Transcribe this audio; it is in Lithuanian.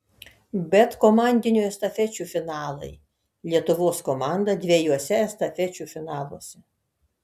bet komandinių estafečių finalai lietuvos komanda dviejuose estafečių finaluose